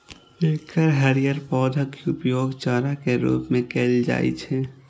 एकर हरियर पौधाक उपयोग चारा के रूप मे कैल जाइ छै